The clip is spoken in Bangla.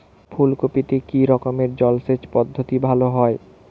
ফুলকপিতে কি রকমের জলসেচ পদ্ধতি ভালো হয়?